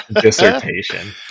dissertation